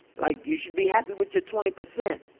like, you should be happy with your twenty percent.